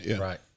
Right